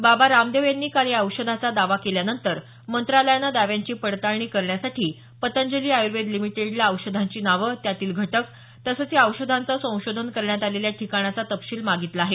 बाबा रामदेव यांनी काल या औषधाचा दावा केल्यानंतर मंत्रालयानं दाव्यांची पडताळणी करण्यासाठी पतंजली आयुर्वेद लिमिटेडला औषधांची नावं त्यातील घटक तसंच या औषधाचं संशोधन करण्यात आलेल्या ठिकाणाचा तपशील मागितला आहे